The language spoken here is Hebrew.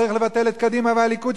צריך לבטל את קדימה והליכוד,